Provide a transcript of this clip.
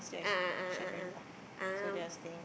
a'ah a'ah a'ah ah